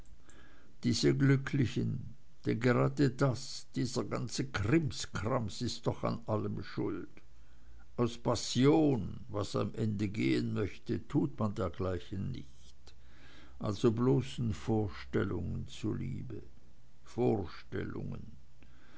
diese glücklichen denn gerade das dieser ganze krimskrams ist doch an allem schuld aus passion was am ende gehen möchte tut man dergleichen nicht also bloßen vorstellungen zuliebe vorstellungen